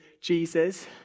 Jesus